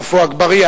עפו אגבאריה.